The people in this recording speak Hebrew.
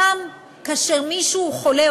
שם כאשר מישהו חולה,